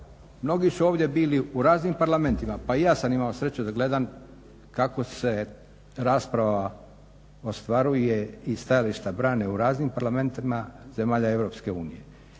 Mnogi su ovdje bili u raznim Parlamentima, pa i ja sam imao sreće da gledam kako se rasprava ostvaruje i stajališta brane u raznim Parlamentima zemalja